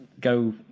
go